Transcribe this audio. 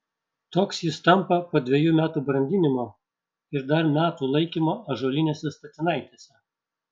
toks jis tampa po dvejų metų brandinimo ir dar metų laikymo ąžuolinėse statinaitėse